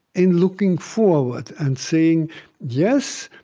in looking forward and saying yes,